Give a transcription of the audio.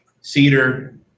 cedar